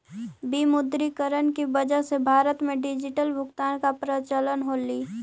विमुद्रीकरण की वजह से भारत में डिजिटल भुगतान का प्रचलन होलई